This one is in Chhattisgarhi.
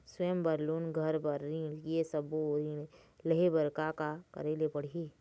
स्वयं बर लोन, घर बर ऋण, ये सब्बो ऋण लहे बर का का करे ले पड़ही?